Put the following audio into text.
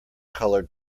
colored